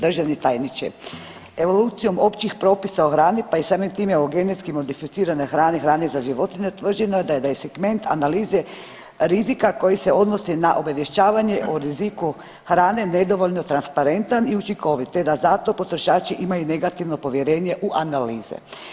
Državni tajni, evolucijom općih propisa o hrani pa i samim time o genetski modificiranoj hrani, hrani za životinje utvrđeno je da je segment analize rizika koji se odnosi na obavješćavanje o riziku hrane nedovoljno transparentan i učinkovit ta da zato potrošači imaju negativno povjerenje u analize.